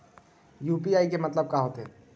UPI के मतलब का होथे?